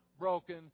broken